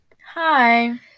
Hi